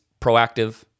proactive